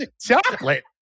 Chocolate